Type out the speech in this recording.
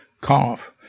cough